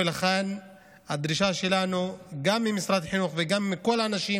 ולכן הדרישה שלנו גם ממשרד החינוך וגם מכל האנשים